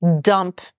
dump